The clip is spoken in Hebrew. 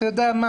'אתה יודע מה,